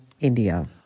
India